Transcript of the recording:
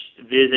visit